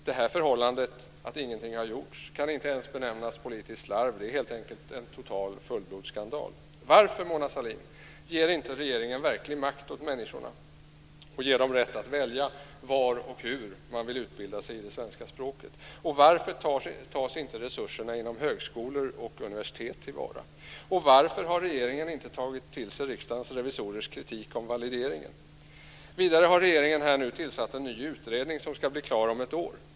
Det här förhållandet, att ingenting har gjorts, kan inte ens benämnas politiskt slarv. Det är helt enkelt en total fullblodsskandal. Varför, Mona Sahlin, ger inte regeringen verklig makt åt människorna och ger dem rätt att välja var och hur de ska utbilda sig i det svenska språket? Varför tas inte resurserna inom högskolor och universitet till vara? Varför har regeringen inte tagit till sig Riksdagens revisorers kritik om valideringen? Vidare har regeringen nu tillsatt en ny utredning som ska bli klar om ett år.